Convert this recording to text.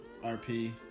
RP